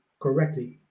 correctly